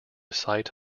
site